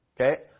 Okay